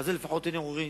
על זה לפחות אין עוררין.